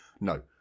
no